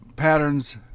Patterns